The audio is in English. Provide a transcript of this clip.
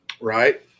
right